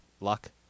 Luck